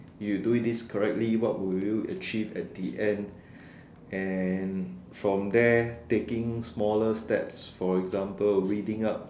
you do it this correctly what will you achieve at the end and from there taking smaller steps for example reading up